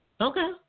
Okay